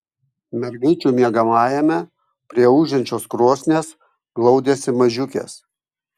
mergaičių miegamajame prie ūžiančios krosnies glaudėsi mažiukės